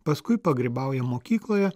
paskui pagrybauja mokykloje